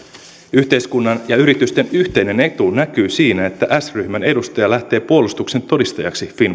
yhteiskunnan ja yritysten yhteinen etu näkyy siinä että s ryhmän edustaja lähtee puolustuksen todistajaksi finnwatchin